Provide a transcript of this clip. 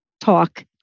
talk